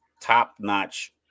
top-notch